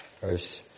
verse